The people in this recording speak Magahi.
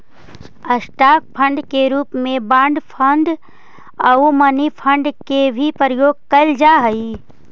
स्टॉक फंड के रूप में बॉन्ड फंड आउ मनी फंड के भी प्रयोग कैल जा हई